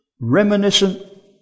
reminiscent